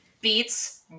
beats